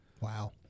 Wow